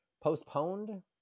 postponed